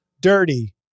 Dirty